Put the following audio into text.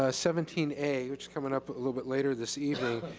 ah seventeen a, which coming up a little bit later this evening.